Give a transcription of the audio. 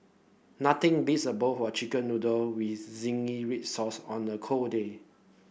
nothing beats a bowl of chicken noodle with zingy red sauce on a cold day